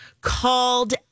called